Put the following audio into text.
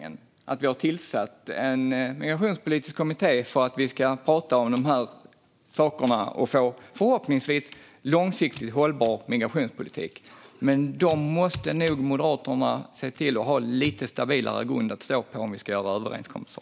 Den har tillsatt en migrationspolitisk kommitté för att prata om de sakerna och förhoppningsvis få till en långsiktigt hållbar migrationspolitik. Men Moderaterna måste nog se till att ha en lite stabilare grund att stå på om vi ska göra överenskommelser.